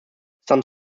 some